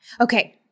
Okay